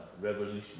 revolution